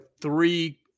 three